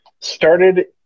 started